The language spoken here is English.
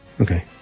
Okay